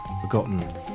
forgotten